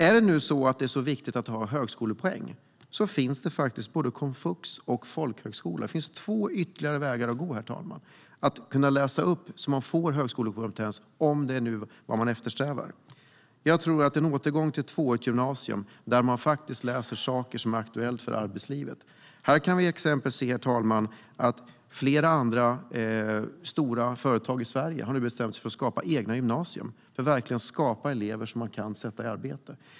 Är det nu så viktigt att ha högskolepoäng finns faktiskt både komvux och folkhögskola. Det finns alltså två ytterligare vägar att gå, herr talman, för att läsa upp så att man får högskolekompetens om det nu är vad man eftersträvar. Jag tror på en återgång till tvåårigt gymnasium där man faktiskt läser saker som är aktuella för arbetslivet. Här kan vi till exempel se att flera stora företag i Sverige har bestämt sig för att skapa egna gymnasier för att verkligen skapa elever man kan sätta i arbete.